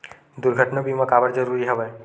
दुर्घटना बीमा काबर जरूरी हवय?